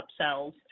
upsells